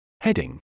Heading